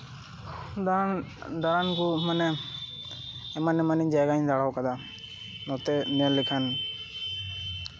ᱫᱟᱬᱟᱱ ᱠᱚ ᱢᱟᱱᱮ ᱮᱢᱟᱱᱼᱮᱢᱟᱱᱟᱜ ᱡᱟᱭᱜᱟᱧ ᱫᱟᱬᱟᱣᱟᱠᱟᱫᱟ ᱱᱚᱛᱮ ᱢᱮᱱᱞᱮᱠᱷᱟᱱ